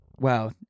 wow